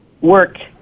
work